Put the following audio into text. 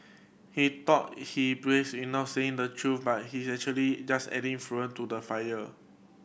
he thought he braves in not saying the truth but he actually just adding fuel to the fire